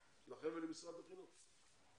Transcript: לכם ולמשרד החינוך.